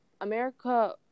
America